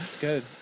Good